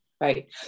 Right